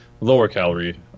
lower-calorie